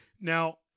Now